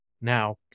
Now